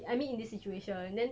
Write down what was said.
I mean in this situation then